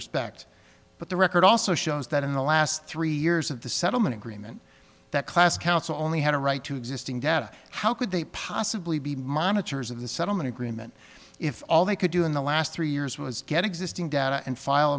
respect but the record also shows that in the last three years of the settlement agreement that class council only had a right to existing data how could they possibly be monitors of the settlement agreement if all they could do in the last three years was get existing data and file